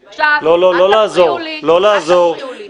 לא, לא לעזור, לא לעזור.